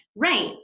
Right